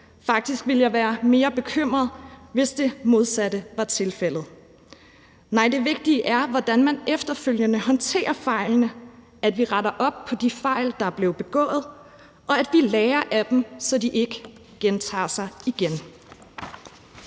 Faktisk ville jeg være mere bekymret, hvis det modsatte var tilfældet. Nej, det vigtige er, hvordan man efterfølgende håndterer fejlene, og at vi retter op på de fejl, der er blevet begået, og at vi lærer af dem, så de ikke gentager sig.